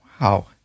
wow